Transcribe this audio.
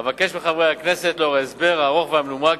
אבקש מחברי הכנסת, לאור ההסבר הארוך והמנומק,